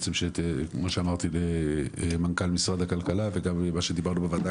כמו שאמרתי ממנכ"ל משרד הכלכלה וגם מה שדיברנו בוועדה